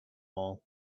all